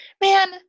Man